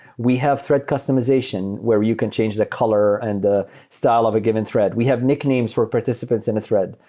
we have thread customization where you can change the color and the style of a given thread. we have nicknames for participants in a thread.